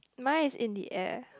mine is in the air